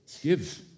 Give